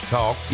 Talk